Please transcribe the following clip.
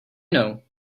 know